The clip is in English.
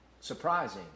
surprising